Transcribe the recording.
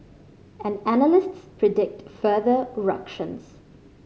and analysts predict further ructions